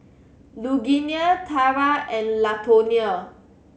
Lugenia Tarah and Latonia